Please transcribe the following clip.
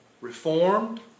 reformed